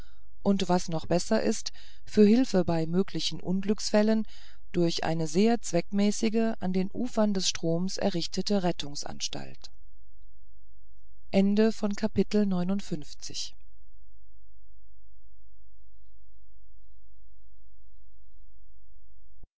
und was noch besser ist für hilfe bei möglichen unglücksfällen durch eine sehr zweckmäßige an den ufern des stroms errichtete rettungsanstalt